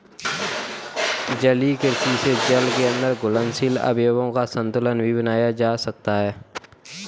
जलीय कृषि से जल के अंदर घुलनशील अवयवों का संतुलन भी बनाया जा सकता है